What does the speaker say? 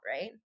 right